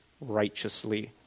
righteously